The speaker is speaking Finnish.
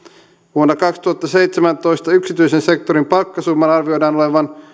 vuonna kaksituhattaseitsemäntoista yksityisen sektorin palkkasumman arvioidaan olevan